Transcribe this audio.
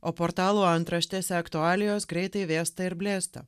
o portalų antraštėse aktualijos greitai vėsta ir blėsta